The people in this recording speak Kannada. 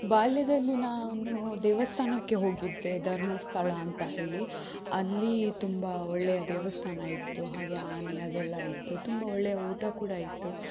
ಬಾಲ್ಯದಲ್ಲಿ ನಾನು ದೇವಸ್ಥಾನಕ್ಕೆ ಹೋಗಿದ್ದೆ ಧರ್ಮಸ್ಥಳ ಅಂತ ಹೇಳಿ ಅಲ್ಲಿ ತುಂಬ ಒಳ್ಳೆಯ ದೇವಸ್ಥಾನ ಇತ್ತು ಹಾಗೆ ಆನೆ ಅದೆಲ್ಲ ಇತ್ತು ತುಂಬ ಒಳ್ಳೆಯ ಊಟ ಕೂಡ ಇತ್ತು